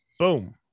Boom